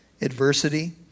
adversity